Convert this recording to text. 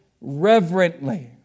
reverently